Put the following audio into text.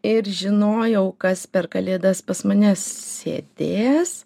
ir žinojau kas per kalėdas pas mane sėdės